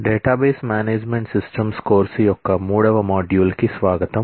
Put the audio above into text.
database management systems course యొక్క module 3 కు స్వాగతం